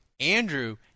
Andrew